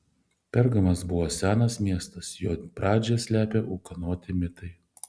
pergamas buvo senas miestas jo pradžią slepia ūkanoti mitai